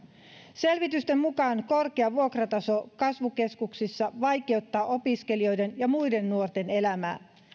selvitysten mukaan korkea vuokrataso kasvukeskuksissa vaikeuttaa opiskelijoiden ja muiden nuorten elämää